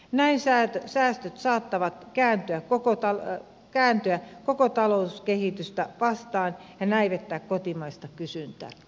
näin säästyi säästy saatava käyttöön koko säästöt saattavat kääntyä koko talouskehitystä vastaan ja näivettää kotimaista kysyntää